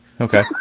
Okay